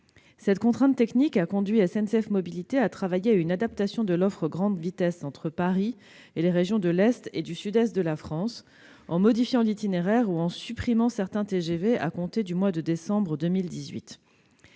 Cette contrainte technique a conduit SNCF Mobilités à travailler à une adaptation de l'offre grande vitesse entre Paris et les régions de l'est et du sud-est de la France, en modifiant des itinéraires ou en supprimant certains TGV à compter du mois de décembre